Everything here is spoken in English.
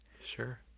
sure